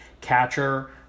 catcher